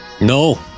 No